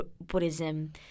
Buddhism